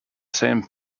same